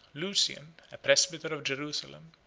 lucian, a presbyter of jerusalem,